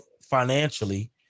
financially